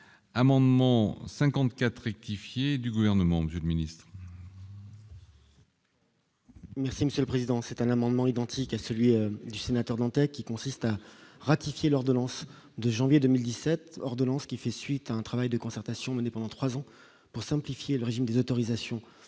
Amendement 54 rectifier du gouvernement du administre. Merci Monsieur le Président, c'est un amendement identique à celui du sénateur Dantec qui consiste à ratifier l'ordonnance de janvier 2017 ordonnances qui fait suite à un travail de concertation menée pendant 3 ans pour simplifier le régime des autorisations